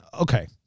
Okay